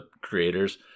creator's